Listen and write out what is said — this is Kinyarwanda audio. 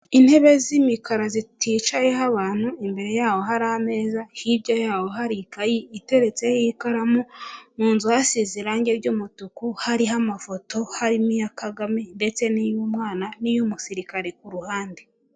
Intebe z'imikara ziticayeho abantu, imbere yaho hari ameza, hirya yaho hari ikayi iteretseho ikaramu, mu nzu hasize irangi ry'umutuku; hariho amafoto, harimo iya Kagame ndetse n'iy'umwana n'iy'umusirikare ku ruhande.